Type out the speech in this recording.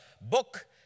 book